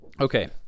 okay